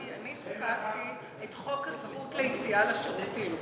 כי אני חוקקתי את חוק הזכות ליציאה לשירותים,